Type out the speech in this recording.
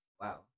Wow